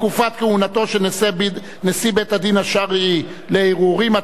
תקופת כהונתו של נשיא בית-הדין השרעי לערעורים),